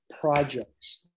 projects